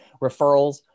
referrals